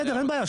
אין בעיה,